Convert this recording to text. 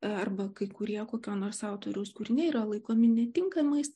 arba kai kurie kokio nors autoriaus kūriniai yra laikomi netinkamais